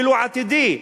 ולו עתידי,